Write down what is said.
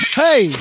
hey